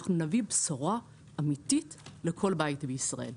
אנחנו נביא בשורה אמיתית לכל בית בישראל.